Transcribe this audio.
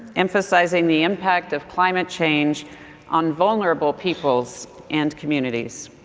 emphasizing the impact of climate change on vulnerable peoples and communities.